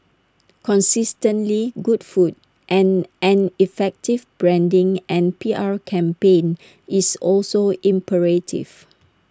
consistently good food and an effective branding and P R campaign is also imperative